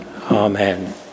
Amen